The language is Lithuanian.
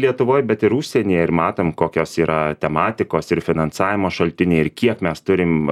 lietuvoj bet ir užsieny ir matom kokios yra tematikos ir finansavimo šaltiniai ir kiek mes turim